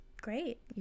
Great